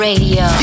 Radio